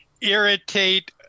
irritate